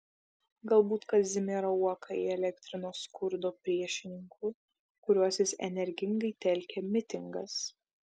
galbūt kazimierą uoką įelektrino skurdo priešininkų kuriuos jis energingai telkė mitingas